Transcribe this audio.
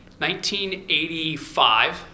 1985